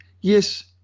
yes